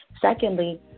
secondly